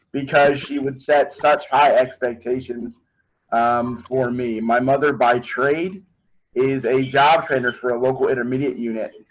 because she would set such high expectations um for me. my mother by trade is a job center for a local intermediate unit.